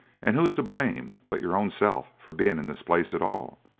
and who is to blame but your own self for being in this place at all?